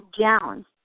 down